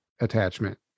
attachment